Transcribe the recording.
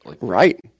Right